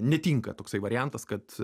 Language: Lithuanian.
netinka toksai variantas kad